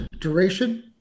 duration